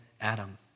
Adam